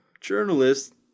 journalist